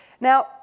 Now